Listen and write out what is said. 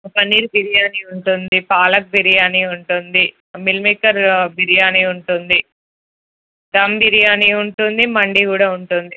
పన్నీర్ బిర్యానీ ఉంటుంది పాలక్ బిర్యానీ ఉంటుంది meal maker biryani ఉంటుంది దమ్ బిర్యానీ ఉంటుంది మండి కూడా ఉంటుంది